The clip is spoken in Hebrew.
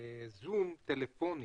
זום טלפוני.